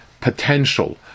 potential